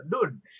dude